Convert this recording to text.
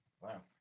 wow